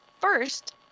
First